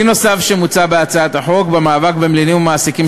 כלי נוסף שמוצע בהצעת החוק למאבק במלינים ובמעסיקים